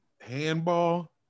handball